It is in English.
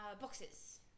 boxes